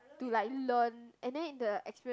to like learn and then in the experience